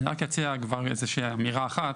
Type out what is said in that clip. אני רק אציע כבר איזושהי אמירה אחת.